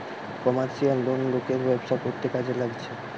commercial loan লোকের ব্যবসা করতে কাজে লাগছে